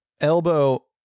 elbow